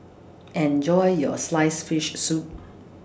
Enjoy your Sliced Fish Soup